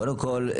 קודם כל,